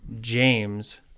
James